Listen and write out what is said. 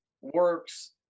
works